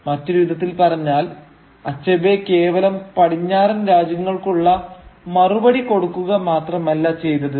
മറ്റൊരു വിധത്തിൽ പറഞ്ഞാൽ അച്ഛബേ കേവലം പടിഞ്ഞാറൻ രാജ്യങ്ങൾക്കുള്ള മറുപടി കൊടുക്കുക മാത്രമല്ല ചെയ്തത്